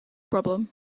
problem